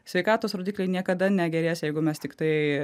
sveikatos rodikliai niekada negerės jeigu mes tiktai